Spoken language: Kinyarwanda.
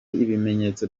ibimenyetso